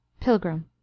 Pilgrim